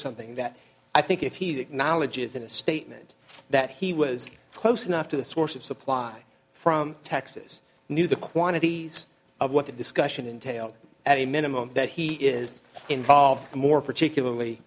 something that i think if he acknowledges in a statement that he was close enough to the source of supply from texas knew the quantities of what the discussion entailed at a minimum that he is involved more particularly